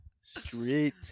Street